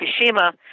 Fukushima